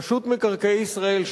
רשות מקרקעי ישראל,